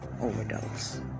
overdose